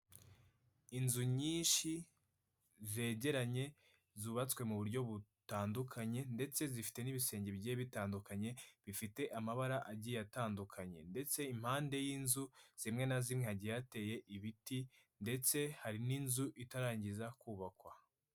Inzu nyinshi zegeranye zubatswe mu buryo butandukanye, ndetse zifite n'ibisenge bigiye bitandukanye, bifite amabara agiye atandukanye. Ndetse impande y'inzu zimwe na zimwe hagiye hateye ibiti, ndetse hari n'inzu itararangiza kubakwa.